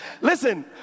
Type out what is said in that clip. Listen